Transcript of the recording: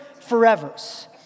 forevers